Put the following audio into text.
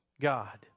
God